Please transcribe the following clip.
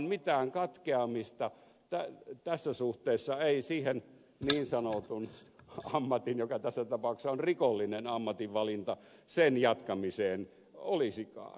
mitään katkeamista tässä suhteessa ei siihen niin sanotun ammatin joka tässä tapauksessa on rikollinen ammatinvalinta jatkamiseen olisikaan